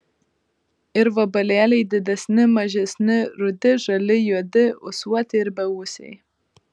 ir vabalėliai didesni mažesni rudi žali juodi ūsuoti ir beūsiai